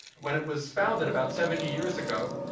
when it was founded about seventy years ago,